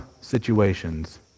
situations